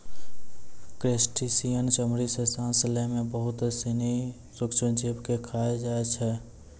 crustacean चमड़ी सें सांस लै में बहुत सिनी सूक्ष्म जीव के खाय जाय छै